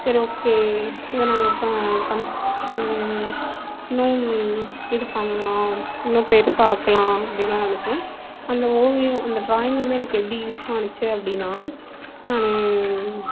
சரி ஓகே இதை நாங்கள் இன்னும் இது பண்லாம்ன்னு பெருசாக்குலாம் அப்டின்லாம் நெனைச்சோம் அந்த ஓவியம் அந்த ட்ராயிங் வந்து எனக்கு எப்படி யூஸானுச்சு அப்படினா நான்